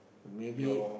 maybe